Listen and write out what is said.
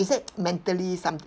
is there mentally some